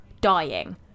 dying